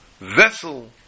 vessel